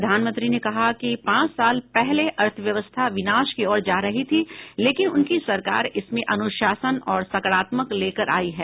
प्रधानमंत्री ने कहा कि पांच साल पहले अर्थव्यवस्था विनाश की ओर जा रही थी लेकिन उनकी सरकार इसमें अनुशासन और सकारात्मकता लेकर आई है